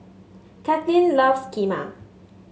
Kathlyn loves Kheema